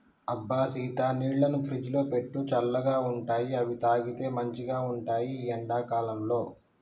అబ్బ సీత నీళ్లను ఫ్రిజ్లో పెట్టు చల్లగా ఉంటాయిఅవి తాగితే మంచిగ ఉంటాయి ఈ ఎండా కాలంలో